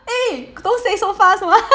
eh don't say so fast [one]